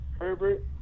Herbert